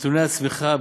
נתוני הצמיחה,